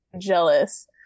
jealous